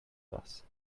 bus